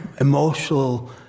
emotional